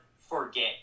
forget